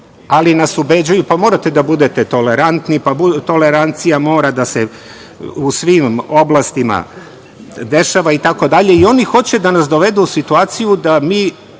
ali nas ubeđuju, pa morate da budete tolerantni, tolerancija mora da se u svim oblastima dešava i tako dalje. Oni hoće da nas dovedu u situaciju da se